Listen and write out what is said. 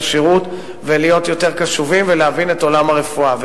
השירות ולהיות יותר קשובים ולהבין את עולם הרפואה.